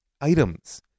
items